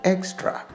Extra